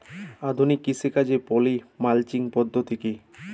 আধুনিক কৃষিকাজে poly mulching পদ্ধতি কি?